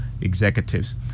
executives